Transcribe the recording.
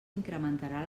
incrementarà